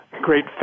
great